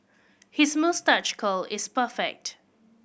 his moustache curl is perfect